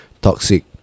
toxic